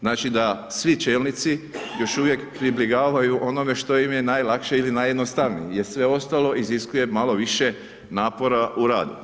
Znači da svi čelnici još uvijek pribjegavaju onome što im je najlakše ili najjednostavnije jer sve ostalo iziskuje malo više napora u radu.